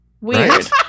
Weird